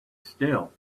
still